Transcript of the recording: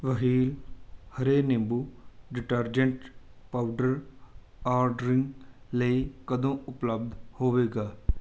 ਵਹੀ ਹਰੇ ਨਿੰਬੂ ਡਿਟਰਜੈਂਟ ਪਾਊਡਰ ਆਡਰਿੰਗ ਲਈ ਕਦੋਂ ਉਪਲਬਧ ਹੋਵੇਗਾ